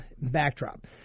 backdrop